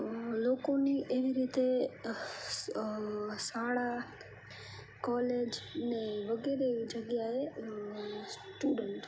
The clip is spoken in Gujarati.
લોકોને એવી રીતે શાળા કોલેજ ને વગેરે જગ્યાએ સ્ટુડન્ટ